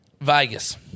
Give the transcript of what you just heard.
Vegas